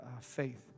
faith